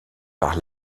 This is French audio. par